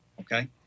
Okay